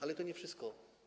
Ale to nie wszystko.